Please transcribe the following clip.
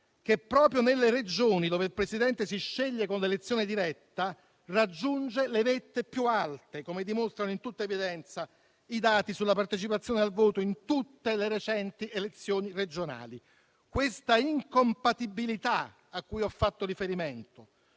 che proprio nelle Regioni dove il Presidente si sceglie con l'elezione diretta raggiunge le vette più alte, come dimostrano in tutta evidenza i dati sulla partecipazione al voto in tutte le recenti elezioni regionali. Questa incompatibilità a cui ho fatto riferimento,